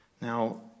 Now